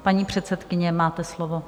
Paní předsedkyně, máte slovo.